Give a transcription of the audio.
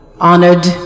honored